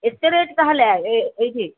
ଏତେ ରେଟ୍ ତାହେଲେ ଏଇଠି